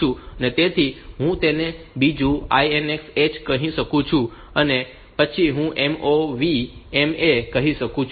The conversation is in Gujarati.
તેથી હું તેને બીજું INX H કહી શકું છું અને પછી હું MOV MA કહી શકું છું